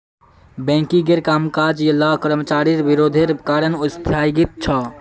बैंकिंगेर कामकाज ला कर्मचारिर विरोधेर कारण स्थगित छेक